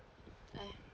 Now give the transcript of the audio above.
ah